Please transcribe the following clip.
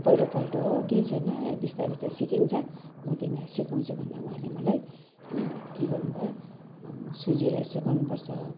पहिलोपल्ट हो केही छैन ए बिस्तारी बिस्तारी सिकिन्छ म तिमीलाई सिकाउँछु भनेर उहाँले मलाई के गर्नुभयो सुजीलाई यसो गर्नुपर्छ